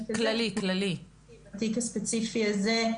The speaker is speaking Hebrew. בתיק הספציפי הזה,